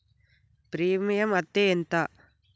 Premium అత్తే ఎంత?